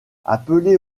appelé